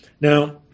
Now